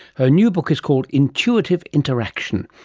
her new book is called intuitive interaction,